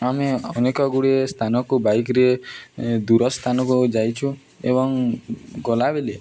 ଆମେ ଅନେକ ଗୁଡ଼ିଏ ସ୍ଥାନକୁ ବାଇକ୍ରେ ଦୂର ସ୍ଥାନକୁ ଯାଇଛୁ ଏବଂ ଗଲାବେଳେ